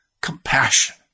compassion